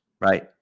right